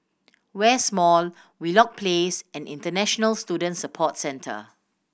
West Mall Wheelock Place and International Student Support Centre